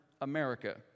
America